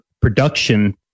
production